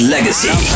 Legacy